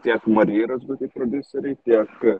tiek marijai razgutei prodiuserei tiek